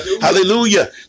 hallelujah